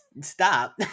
stop